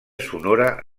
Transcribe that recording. sonora